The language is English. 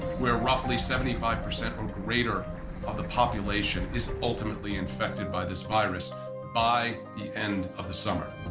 where roughly seventy five percent or greater of the population is ultimately infected by this virus by the end of the summer.